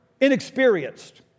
inexperienced